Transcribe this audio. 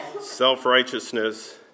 self-righteousness